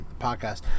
podcast